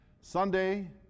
Sunday